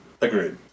Agreed